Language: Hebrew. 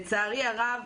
לצערי הרב,